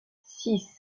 six